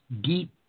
deep